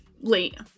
Late